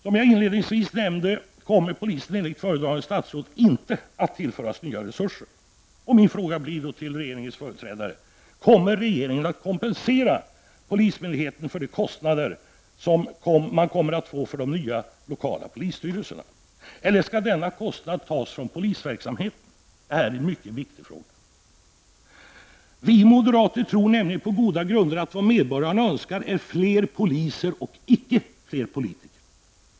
Som jag inledningsvis nämnde kommer polisen enligt föredragande statsråd inte att tillföras nya resurser. Min fråga till regeringens företrädare blir då: Kommer regeringen att kompensera polismyndigheten för de kostnader man kommer att få för de nya lokala polisstyrelserna eller skall denna kostnad tas från polisverksamheten? Detta är en mycket viktig fråga. Vi moderater tror på goda grunder att vad medborgarna önskar är fler poliser och icke fler politiker.